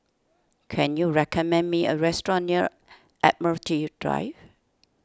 can you recommend me a restaurant near Admiralty Drive